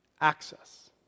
access